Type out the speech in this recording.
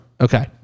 Okay